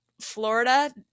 Florida